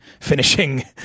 finishing